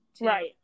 Right